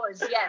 Yes